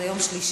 זה יום שלישי,